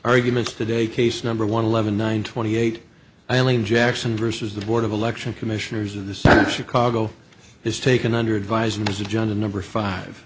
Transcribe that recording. arguments today case number one eleven nine twenty eight eileen jackson vs the board of election commissioners in the senate chicago is taken under advisement as agenda number five